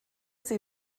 sie